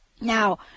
Now